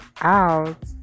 out